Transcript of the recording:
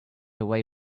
away